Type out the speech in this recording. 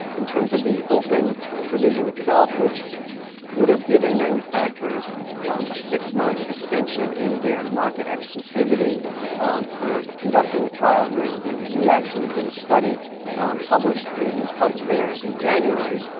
in terms of the open provision itself, which would have given manufacturers a six-month extension in their market exclusivity for conducting a trial and rare diseases, we actually did a study published in health affairs in january,